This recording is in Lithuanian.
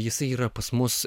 jis yra pas mus